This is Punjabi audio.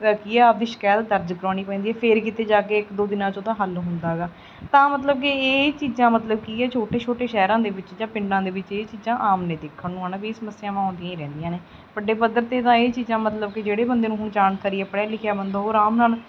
ਕੀ ਹੈ ਆਪਦੀ ਸ਼ਿਕਾਇਤ ਦਰਜ ਕਰਾਉਣੀ ਪੈਂਦੀ ਹੈ ਫਿਰ ਕਿਤੇ ਜਾ ਕੇ ਇੱਕ ਦੋ ਦਿਨਾਂ 'ਚ ਉਹਦਾ ਹੱਲ ਹੁੰਦਾ ਹੈਗਾ ਤਾਂ ਮਤਲਬ ਕਿ ਇਹ ਚੀਜ਼ਾਂ ਮਤਲਬ ਕੀ ਹੈ ਛੋਟੇ ਛੋਟੇ ਸ਼ਹਿਰਾਂ ਦੇ ਵਿੱਚ ਜਾਂ ਪਿੰਡਾਂ ਦੇ ਵਿੱਚ ਇਹ ਚੀਜ਼ਾਂ ਆਮ ਨੇ ਦੇਖਣ ਨੂੰ ਹੈ ਨਾ ਵੀ ਇਹ ਸਮੱਸਿਆਵਾਂ ਆਉਂਦੀਆਂ ਹੀ ਰਹਿੰਦੀਆਂ ਨੇ ਵੱਡੇ ਪੱਧਰ 'ਤੇ ਤਾਂ ਇਹ ਚੀਜ਼ਾਂ ਮਤਲਬ ਕਿ ਜਿਹੜੇ ਬੰਦੇ ਨੂੰ ਹੁਣ ਜਾਣਕਾਰੀ ਹੈ ਪੜ੍ਹਿਆ ਲਿਖਿਆ ਬੰਦਾ ਉਹ ਅਰਾਮ ਨਾਲ